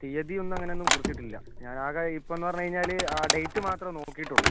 തീയതി ഒന്നും അങ്ങനെ ഒന്നും കുറിച്ചിട്ടില്ല ഞാൻ ആകെ ഇപ്പമെന്ന് പറഞ്ഞ് കഴിഞ്ഞാൽ ആ ഡേറ്റ് മാത്രമേ നോക്കിയിട്ടുള്ളൂ